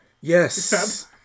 Yes